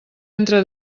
entre